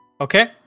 Okay